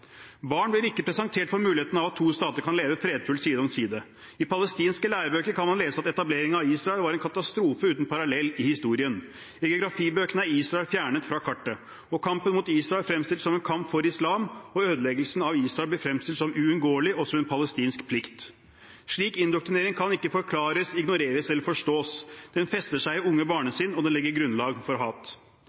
Barn blir ikke presentert for muligheten av at to stater kan leve fredfullt side om side. I palestinske lærebøker kan man lese at etableringen av Israel var en katastrofe uten parallell i historien. I geografibøkene er Israel fjernet fra kartet. Kampen mot Israel fremstilles som en kamp for islam, og ødeleggelsen av Israel blir fremstilt som uunngåelig og som en palestinsk plikt. Slik indoktrinering kan ikke forklares, ignoreres eller forstås. Den fester seg i unge barnesinn, og den legger grunnlag for hat.